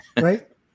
Right